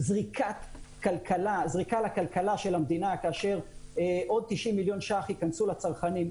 זריקה לכלכלה של המדינה כאשר עוד 90 מיליון שקלים ייכנסו לצרכנים,